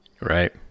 Right